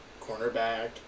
cornerback